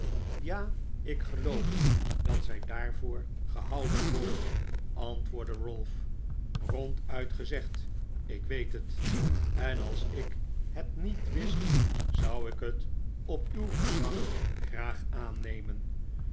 ja ik geloof dat zij daarvoor gehouden wordt antwoordde ralph ronduit gezegd ik weet het en als ik het niet wist zou ik het op uw gezag graag aannemen